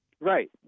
Right